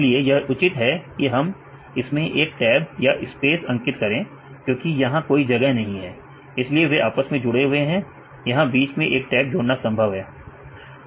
इसीलिए यह उचित है कि हम इसमें एक टैब या स्पेस अंकित करें क्योंकि यहां कोई जगह नहीं है इसीलिए वे आपस में जुड़े हुए हैं यहां बीच में एक टैब जोड़ना संभव है